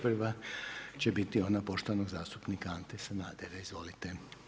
Prva će biti ona poštovanog zastupnika Ante Sanadera, izvolite.